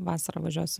vasarą važiuosiu